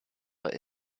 but